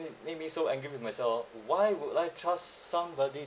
made me so angry with myself oh why would I trust somebody